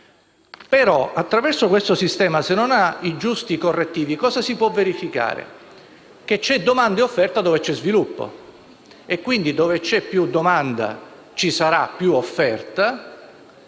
attraverso questo sistema, in assenza dei giusti correttivi, che cosa si può verificare? C'è domanda e offerta dove c'è sviluppo e, quindi, dove c'è più domanda ci sarà più offerta;